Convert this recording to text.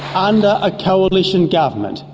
um and a coalition government,